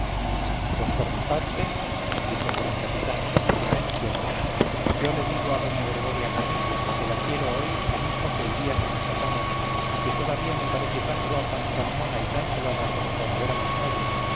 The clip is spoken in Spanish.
pues por mi parte dijo el gran capitán con alguna emoción yo le digo a doña gregoria conejo que la quiero hoy lo mismo que el día que nos casamos y que todavía me parece tan guapa tan mona y tan salada como cuando éramos novios